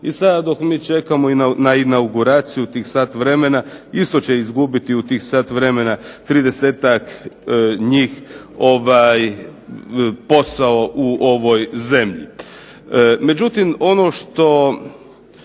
I sada dok mi čekamo na inauguraciju tih sat vremena, isto će izgubiti u tih sat vremena 30-ak njih posao u ovoj zemlji. Međutim, ono što